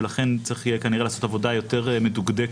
ולכן צריך כנראה לעשות עבודה יותר מדוקדקת,